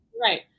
right